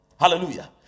hallelujah